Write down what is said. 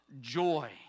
joy